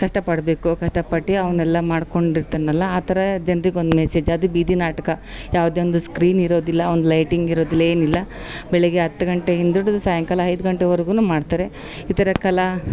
ಕಷ್ಟ ಪಡಬೇಕು ಕಷ್ಟ ಪಟ್ಟು ಅವ್ನೆಲ್ಲಾ ಮಾಡಿಕೊಂಡಿರ್ತಾನಲ್ಲ ಆ ಥರ ಜನ್ರಿಗೊಂದು ಮೆಸೇಜ್ ಅದು ಬೀದಿ ನಾಟಕ ಯಾವುದೇ ಒಂದು ಸ್ಕ್ರಿನ್ ಇರೋದಿಲ್ಲ ಒಂದು ಲೈಟಿಂಗ್ ಇರೋದಿಲ್ಲ ಏನಿಲ್ಲ ಬೆಳಗ್ಗೆ ಹತ್ತು ಗಂಟೆಯಿಂದ ಹಿಡ್ದು ಸಾಯಿಂಕಾಲ ಐದು ಗಂಟೆವರ್ಗು ಮಾಡ್ತಾರೆ ಈ ಥರ ಕಲಾ